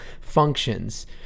functions